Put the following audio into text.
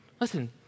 listen